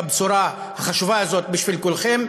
בבשורה החשובה הזאת בשביל כולכם,